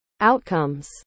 outcomes